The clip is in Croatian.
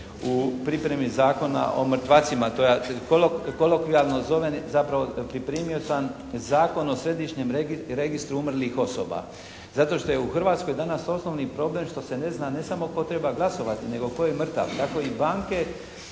u pripremi Zakona o mrtvacima. To ja kolokvijalno zovem i zapravo pripremio sam Zakon o središnjem registru umrlih osoba zato što je u Hrvatskoj danas osnovni problem što se ne zna ne samo tko treba glasovati, nego tko je mrtav. Tako i banke